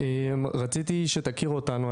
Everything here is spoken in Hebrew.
רציתי שתכירו אותנו,